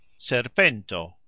Serpento